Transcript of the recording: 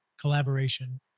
Collaboration